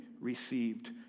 received